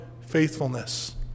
faithfulness